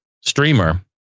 streamer